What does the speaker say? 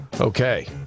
Okay